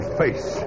face